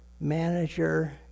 manager